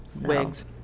Wigs